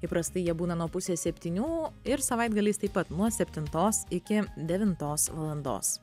įprastai jie būna nuo pusės septynių ir savaitgaliais taip pat nuo septintos iki devintos valandos